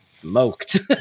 smoked